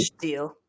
deal